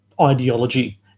ideology